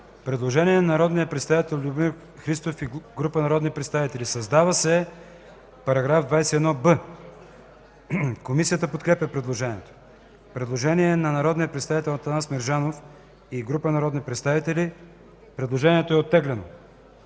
Предложение на народния представител Любомир Христов и група народни представители за създаване на нов параграф. Комисията подкрепя предложението. Предложение на народния представител Атанас Мерджанов и група народни представители: „Създава се нов